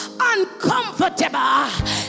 uncomfortable